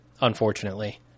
unfortunately